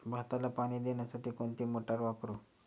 भाताला पाणी देण्यासाठी कोणती मोटार वापरू?